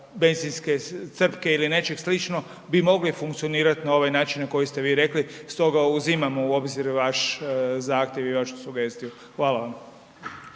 benzinske crpke ili nečeg slično bi mogli funkcionirati na ovaj način na koji ste vi rekli, stoga uzimam u obzir vaš zahtjev i vašu sugestiju. Hvala vam.